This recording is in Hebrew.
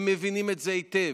הם מבינים את זה היטב.